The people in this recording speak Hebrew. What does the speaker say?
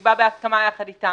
ונקבע בהסכמה יחד אתם,